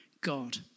God